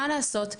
מה לעשות?